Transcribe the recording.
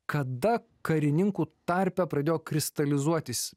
kada karininkų tarpe pradėjo kristalizuotis